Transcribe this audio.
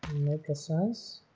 make the size